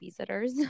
babysitters